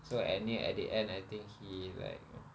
so at near at the end I think he like